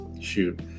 shoot